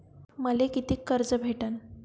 मले कितीक कर्ज भेटन?